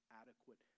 adequate